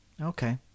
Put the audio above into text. Okay